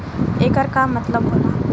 येकर का मतलब होला?